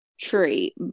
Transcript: tree